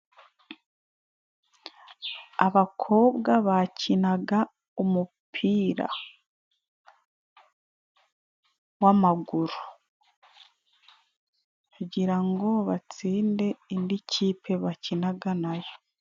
Abakobwa bakinaga umupira w'amaguru, kugira ngo batsinde indi kipe bakinaga nayo.